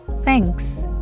Thanks